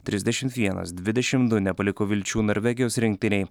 trisdešimt vienas dvidešim du nepaliko vilčių norvegijos rinktinei